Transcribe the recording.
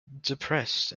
depressed